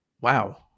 Wow